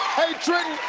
hey trenton,